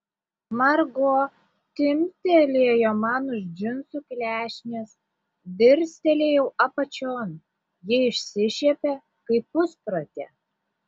margo timptelėjo man už džinsų klešnės dirstelėjau apačion ji išsišiepė kaip pusprotė